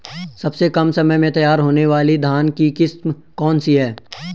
सबसे कम समय में तैयार होने वाली धान की किस्म कौन सी है?